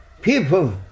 people